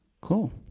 Cool